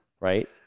Right